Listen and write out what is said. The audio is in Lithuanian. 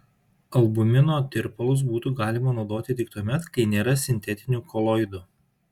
albumino tirpalus būtų galima naudoti tik tuomet kai nėra sintetinių koloidų